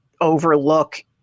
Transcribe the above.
overlook